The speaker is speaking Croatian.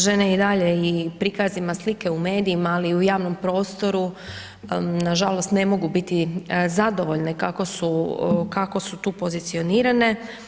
Žene i dalje i prikazima slike u medijima ali i u javnom prostoru na žalost ne mogu biti zadovoljne kako su tu pozicionirane.